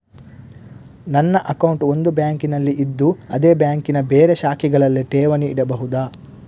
ನನ್ನ ಅಕೌಂಟ್ ಒಂದು ಬ್ಯಾಂಕಿನಲ್ಲಿ ಇದ್ದು ಅದೇ ಬ್ಯಾಂಕಿನ ಬೇರೆ ಶಾಖೆಗಳಲ್ಲಿ ಠೇವಣಿ ಇಡಬಹುದಾ?